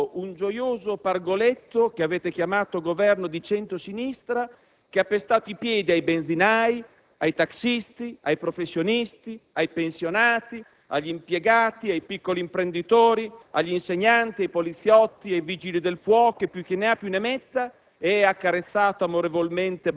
avete partorito un gioioso pargoletto che avete chiamato Governo di centro sinistra che ha pestato i piedi ai benzinai, ai tassisti, ai professionisti, ai pensionati, agli impiegati, ai piccoli imprenditori, agli insegnanti, ai poliziotti, ai vigili del fuoco e chi più ne ha più ne metta,